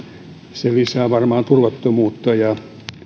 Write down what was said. se lisää varmaan turvattomuutta ja